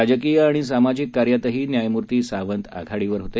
राजकीय आणि सामाजिक कार्यातही न्यायमूर्ती सावंत आघाडीवर होते